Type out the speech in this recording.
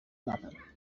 nothing